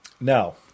now